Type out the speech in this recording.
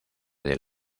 del